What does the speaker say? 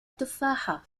تفاحة